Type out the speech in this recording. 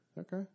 Okay